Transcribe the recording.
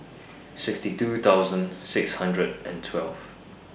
sixty two thousand six hundred and twelve